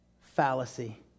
fallacy